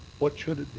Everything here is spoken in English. what should